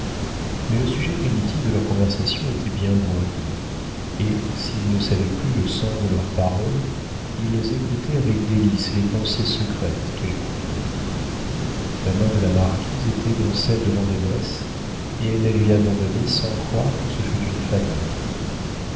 mais le sujet primitif de leur conversation était bien loin d'eux et s'ils ne savaient plus le sens de leurs paroles ils écoutaient avec délices les pensées secrètes qu'elles couvraient la main de la marquise était dans celle de vandenesse et elle la lui abandonnait sans croire que ce fût une faveur